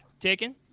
taken